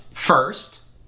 first